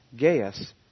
Gaius